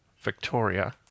Victoria